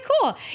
cool